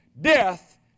death